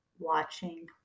watching